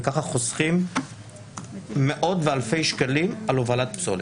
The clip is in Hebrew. וככה הם חוסכים מאות ואלפי שקלים על הובלת פסולת.